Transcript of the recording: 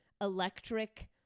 electric